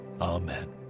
amen